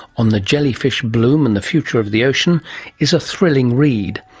on the jellyfish bloom and the future of the ocean is a thrilling read.